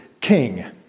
king